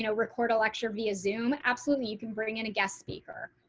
you know record a lecture via zoom. absolutely. you can bring in a guest speaker.